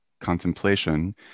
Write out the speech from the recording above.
contemplation